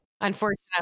unfortunately